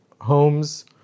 homes